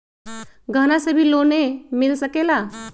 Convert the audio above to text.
गहना से भी लोने मिल सकेला?